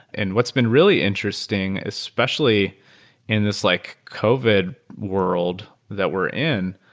and what's been really interesting especially in this like covid world that we're in,